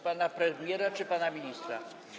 Pana premiera czy pana ministra?